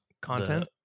content